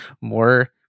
more